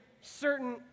certain